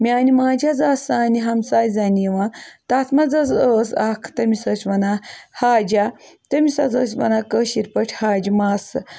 میٛانہِ ماجہِ حظ آسہٕ سانہِ ہَمساے زَنہِ یِوان تَتھ منٛز حظ ٲس اَکھ تٔمِس ٲسۍ وَنان حاجا تٔمِس حظ ٲسۍ وَنان کٲشِر پٲٹھۍ حاجہِ ماسہٕ